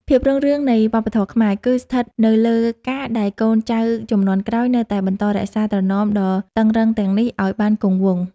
ភាពរុងរឿងនៃវប្បធម៌ខ្មែរ គឺស្ថិតនៅលើការដែលកូនចៅជំនាន់ក្រោយនៅតែបន្តរក្សាត្រណមដ៏តឹងរ៉ឹងទាំងនេះឱ្យបានគង់វង្ស។